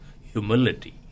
humility